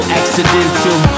accidental